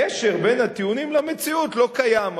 הקשר בין הטיעונים למציאות לא קיים,